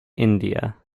india